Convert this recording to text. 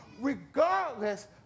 regardless